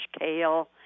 kale